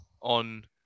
on